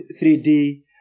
3D